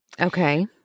Okay